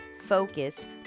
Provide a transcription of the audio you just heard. focused